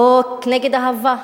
חוק נגד אהבה,